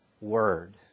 word